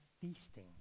feasting